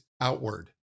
outward